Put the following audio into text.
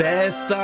Beth